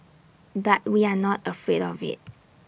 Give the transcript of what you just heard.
but we are not afraid of IT